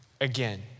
again